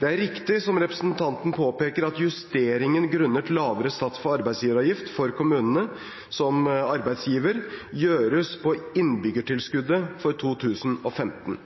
Det er riktig som representanten påpeker, at justeringen grunnet lavere sats for arbeidsgiveravgift for kommunene – som arbeidsgiver – gjøres på innbyggertilskuddet for 2015.